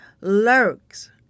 lurks